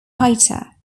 fighter